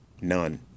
none